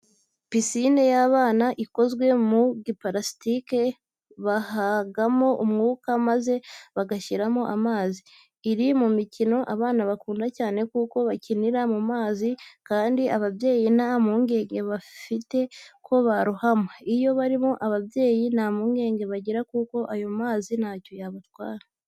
Pisine y'abana ikozwe mu giparasitike bahagamo umwuka maze bagashyiramo amazi, iri mu mikino abana bakunda cyane kuko bakinira mu mazi kandi ababyeyi nta mpungenge bafite ko barohama. Iyo barimo ababyeyi nta mpungenge bagira kuko ayo mazi ntacyo yabatwara.